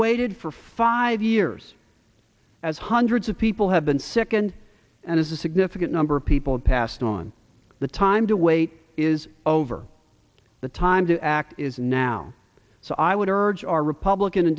waited for five years as hundreds of people have been sickened and it's a significant number of people passed on the time to wait is over the time to act is now so i would urge our republican a